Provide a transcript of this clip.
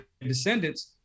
descendants